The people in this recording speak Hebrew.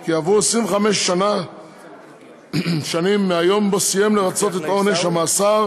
כי עברו 25 שנים מהיום שבו סיים לרצות את עונש המאסר,